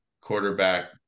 quarterback